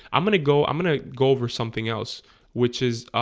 i'm gonna go i'm gonna. go over something else which is